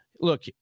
look